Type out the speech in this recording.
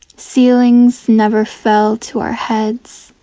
ceilings never fell to our heads